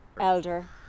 elder